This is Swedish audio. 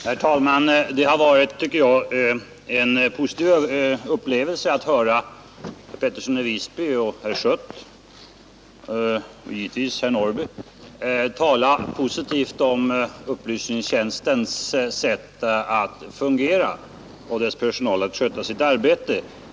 Herr talman! Det har varit en positiv upplevelse att höra herr Pettersson i Visby och herr Schött och givetvis herr Norrby i Åkersberga tala positivt om upplysningstjänstens sätt att fungera och dess personals sätt att sköta sitt arbete.